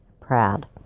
proud